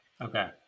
Okay